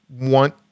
want